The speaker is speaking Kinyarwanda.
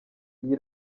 iyi